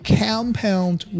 compound